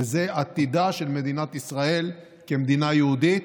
וזה עתידה של מדינת ישראל כמדינה יהודית.